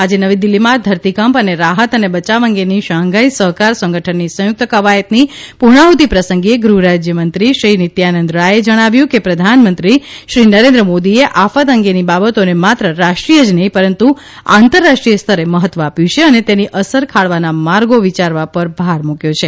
આજે નવી દિલ્હીમાં ધરતીકંપ અને રાહત અને બચાવ અંગેની શાંઘાઈ સહકાર સંગઠનની સંયુક્ત કવાયતની પૂર્ણાહૃતિ પ્રસંગે ગૃહરાજ્યમંત્રી શ્રી નિત્યાનંદ રાયે જણાવ્યું કે પ્રધાનમંત્રી શ્રી નરેન્દ્ર મોદીએ આફત અંગેની બાબતોને માત્ર રાષ્ટ્રીય નહીં પરંતુ આંતરરાષ્ટ્રીય સ્તરે મહત્વ આપ્યું છે અને તેની અસર ખાળવાના માર્ગો વિચારવા પર ભાર મૂક્યો છે